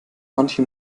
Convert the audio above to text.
manche